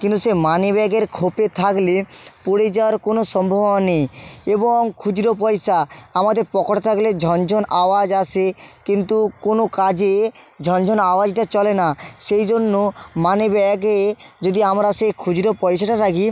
কিন্তু সেই মানি ব্যাগের খোপে থাকলে পড়ে যাওয়ার কোনো সম্ভাবনা নেই এবং খুচরো পয়সা আমাদের পকেটে থাকলে ঝন ঝন আওয়াজ আসে কিন্তু কোনো কাজে ঝন ঝন আওয়াজটা চলে না সেই জন্য মানি ব্যাগে যদি আমরা সেই খুচরো পয়সাটা রাখি